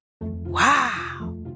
Wow